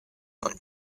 one